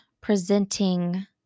presenting